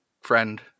friend